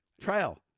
trial